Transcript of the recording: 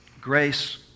grace